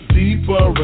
deeper